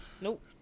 Nope